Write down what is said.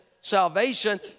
salvation